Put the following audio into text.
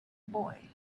boy